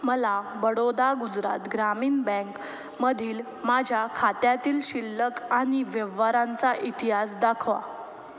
मला बडोदा गुजरात ग्रामीण बँकमधील माझ्या खात्यातील शिल्लक आणि व्यवहारांचा इतिहास दाखवा